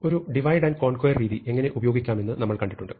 ഒരു divide and conquer രീതി എങ്ങനെ ഉപയോഗിക്കാമെന്ന് നമ്മൾ കണ്ടിട്ടുണ്ട്